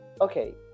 Okay